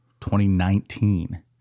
2019